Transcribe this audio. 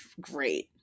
great